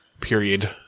period